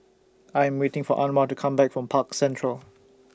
I Am waiting For Anwar to Come Back from Park Central